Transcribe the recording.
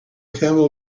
camel